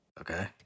Okay